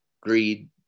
greed